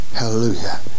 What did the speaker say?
Hallelujah